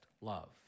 love